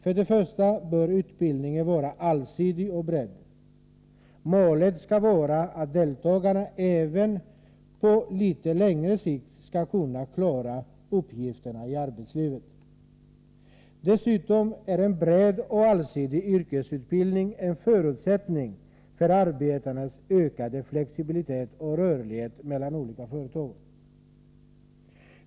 För det första bör utbildningen vara allsidig och bred. Målet skall vara att deltagarna även på litet längre sikt skall kunna klara uppgifterna i arbetslivet. Dessutom är en bred och allsidig yrkesutbildning en förutsättning för arbetarnas ökade flexibilitet och rörlighet mellan olika företag.